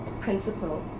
principle